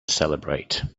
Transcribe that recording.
celebrate